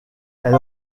elle